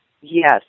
Yes